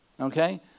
Okay